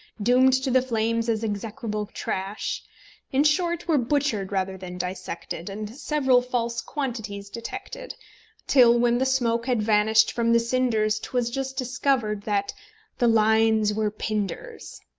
doomed to the flames as execrable trash in short, were butchered rather than dissected, and several false quantities detected till, when the smoke had vanished from the cinders, twas just discovered that the lines were pindar's!